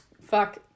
fuck